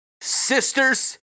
sisters